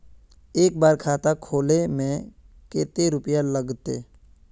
एक बार खाता खोले में कते रुपया लगते?